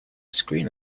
screen